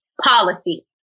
policy